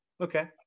Okay